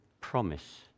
promise